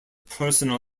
personal